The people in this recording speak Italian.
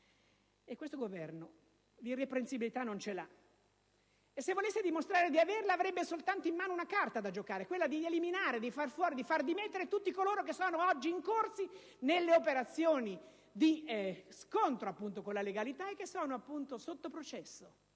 Questo Governo l'irreprensibilità non ce l'ha e, se volesse dimostrare di averla, avrebbe in mano soltanto una carta da giocare: quella di eliminare, di far fuori, di far dimettere tutti coloro che oggi sono incorsi nelle operazioni di scontro con la legalità e che sono appunto sotto processo.